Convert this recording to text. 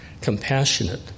compassionate